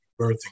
birthing